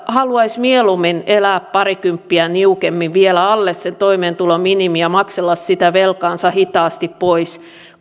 haluaisi mieluummin elää parikymppiä niukemmin vielä alle sen toimeentulominimin ja maksella sitä velkaansa hitaasti pois